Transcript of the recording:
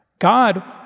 God